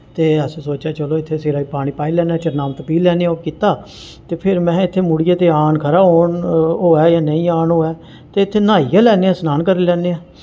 ते असें सोचेआ चलो इत्थें सिरै ई पानी पाई लैना चरणामत पीऽ लैने आं ओह् कीत्ता ते फिर मेंहें इत्थें मुड़ियै ते आन खरै होन होऐ यां नेईं आन होने ऐ ते इत्थें न्हाई गै लैने आं स्नान करी लैने आं